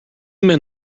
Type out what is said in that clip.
men